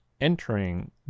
entering